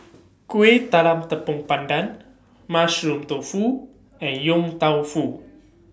Kueh Talam Tepong Pandan Mushroom Tofu and Yong Tau Foo